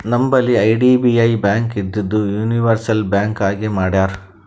ನಂಬಲ್ಲಿ IDBI bank ಇದ್ದಿದು universal bank ಆಗಿ ಮಾಡ್ಯಾರ್